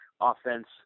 offense